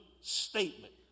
statement